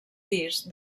pis